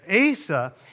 Asa